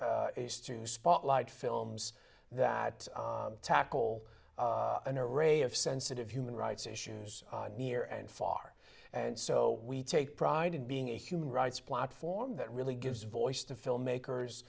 f is to spotlight films that tackle an array of sensitive human rights issues near and far and so we take pride in being a human rights platform that really gives voice to filmmakers